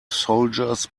soldiers